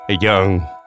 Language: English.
young